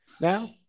now